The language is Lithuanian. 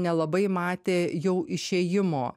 nelabai matė jau išėjimo